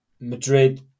Madrid